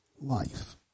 life